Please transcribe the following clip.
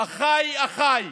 "אחיי", "אחיי".